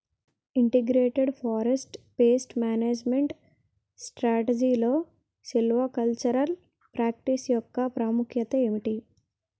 Integrated forest pest management స్ట్రాటజీలో silvicultural practice యెక్క ప్రాముఖ్యత ఏమిటి??